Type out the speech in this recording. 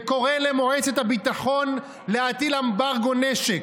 וקורא למועצת הביטחון להטיל אמברגו נשק.